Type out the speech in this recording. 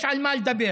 יש על מה לדבר.